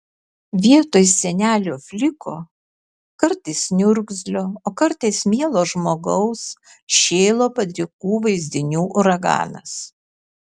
vietoj senelio fliko kartais niurgzlio o kartais mielo žmogaus šėlo padrikų vaizdinių uraganas